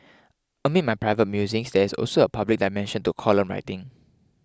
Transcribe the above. amid my private musings there's also a public dimension to column writing